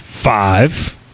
Five